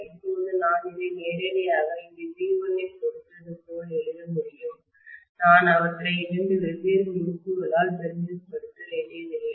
இப்போது நான் இதை நேரடியாக இங்கு V1 ஐ கொடுத்தது போல எழுத முடியும் நான் அவற்றை இரண்டு வெவ்வேறு முறுக்குகளால் பிரதிநிதித்துவப்படுத்த வேண்டியதில்லை